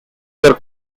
were